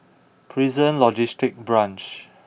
Prison Logistic Branch